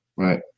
Right